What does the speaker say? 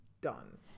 done